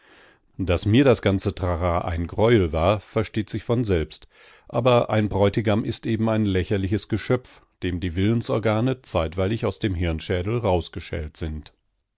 daß mir das ganze trara ein greuel war versteht sich von selbst aber ein bräutigam ist eben ein lächerliches geschöpf dem die willensorgane zeitweilig aus dem hirnschädel raus geschält sind